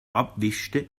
abwischte